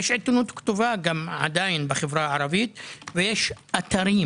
יש עיתונות כתובה עדיין בחברה הערבית ויש אתרים,